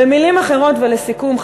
במילים אחרות ולסיכום,